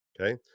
Okay